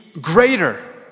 greater